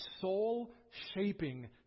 soul-shaping